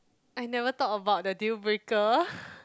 I never thought about the deal breaker